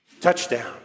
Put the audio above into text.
touchdown